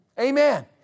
Amen